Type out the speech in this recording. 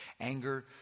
Anger